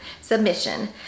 submission